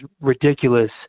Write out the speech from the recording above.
ridiculous